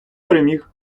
переміг